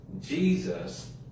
Jesus